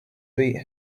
beat